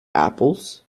apples